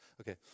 Okay